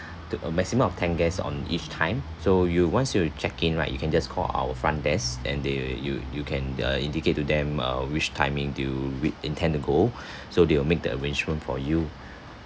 to a maximum of ten guests on each time so you once you check in right you can just call our front desk and they you you can uh indicate to them uh which timing you wi~ intend to go so they will make the arrangement for you